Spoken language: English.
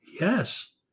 Yes